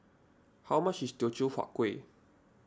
how much is Teochew Huat Kueh